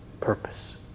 purpose